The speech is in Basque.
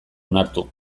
onartu